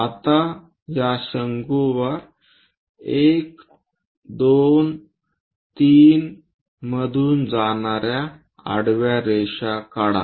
आता या शंकूवर 1 2 3 मधून जाणाऱ्या आडव्या रेषा काढा